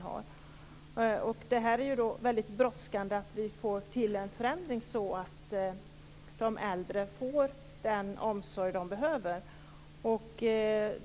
Här är det väldigt brådskande att vi får till en förändring, så att de äldre får den omsorg de behöver.